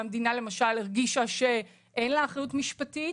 כשהמדינה למשל הרגישה שאין לה אחריות משפטית.